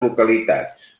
localitats